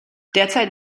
derzeit